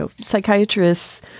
Psychiatrists